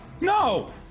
No